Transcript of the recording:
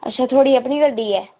अच्छा थुआढ़ी अपनी गड्डी ऐ